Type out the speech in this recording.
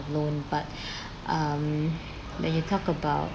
loan but um when you talk about